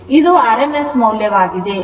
ಇದು rms ಮೌಲ್ಯವಾಗಿದೆ